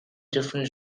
different